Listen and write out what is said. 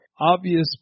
obvious